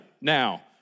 now